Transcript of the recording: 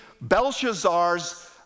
Belshazzar's